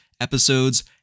episodes